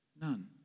None